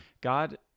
God